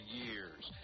years